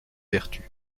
vertus